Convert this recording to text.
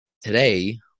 Today